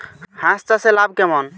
হাঁস চাষে লাভ কেমন?